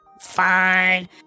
Fine